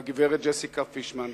הגברת ג'סיקה פישמן,